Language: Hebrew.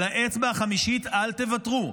על האצבע החמישית אל תוותרו.